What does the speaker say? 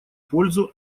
пользу